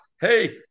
Hey